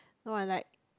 no I like